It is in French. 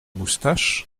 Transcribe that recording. moustaches